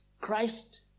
Christ